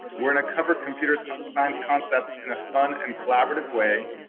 we're gonna cover computer so science concepts in a fun and collaborative way.